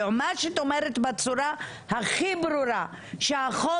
היועמ"שית אומרת בצורה הכי ברורה שהחוק